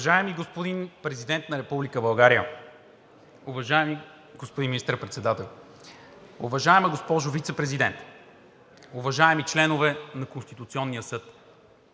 Уважаеми господин Президент на Република България, уважаеми господин Министър-председател, уважаема госпожо Вицепрезидент, уважаеми членове на Конституционния съд,